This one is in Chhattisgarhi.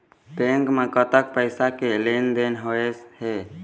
बैंक म कतक पैसा के लेन देन होइस हे?